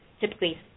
typically